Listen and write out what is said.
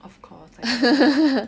of course lah